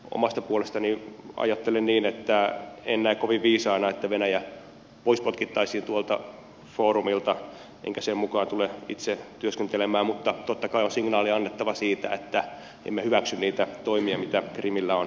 omasta puolestani ajattelen niin että en näe kovin viisaana että venäjä pois potkittaisiin tuolta foorumilta enkä sen mukaan tule itse työskentelemään mutta totta kai on signaali annettava siitä että emme hyväksy niitä toimia mitä krimillä on tapahtunut